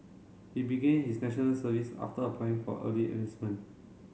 he began his National Service after applying for early enlistment